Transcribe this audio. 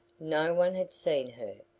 no one had seen her.